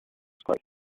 crisis